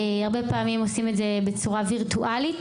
הרבה פעמים עושים את זה בצורה וירטואלית